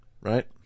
Right